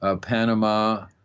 Panama